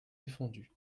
défendus